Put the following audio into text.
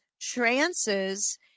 trances